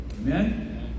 Amen